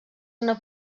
una